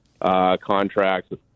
contracts